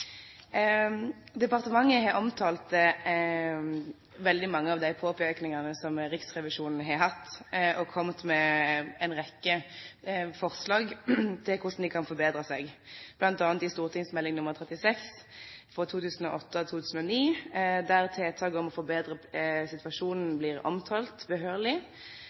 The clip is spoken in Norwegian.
Departementet har omtalt veldig mange av de påpekningene som Riksrevisjonen har hatt, og kommet med en rekke forslag til hvordan de kan forbedre seg, bl.a. i St.meld. nr. 36 for 2008–2009, der tiltak for å forbedre situasjonen blir behørig omtalt.